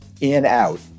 in-out